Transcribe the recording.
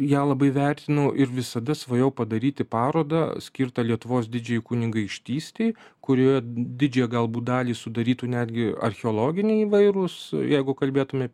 ją labai vertinau ir visada svajojau padaryti parodą skirtą lietuvos didžiajai kunigaikštystei kurioje didžiąją galbūt dalį sudarytų netgi archeologiniai įvairūs jeigu kalbėtume